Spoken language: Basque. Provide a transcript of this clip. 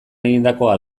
egindakoa